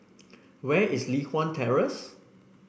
where is Li Hwan Terrace